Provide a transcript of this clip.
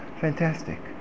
fantastic